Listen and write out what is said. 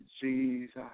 Jesus